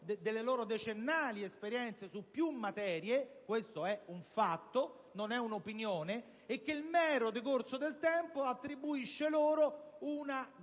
delle loro decennali esperienze su più materie (questo è un fatto, non è un'opinione) e che il mero decorso del tempo attribuisce loro una grande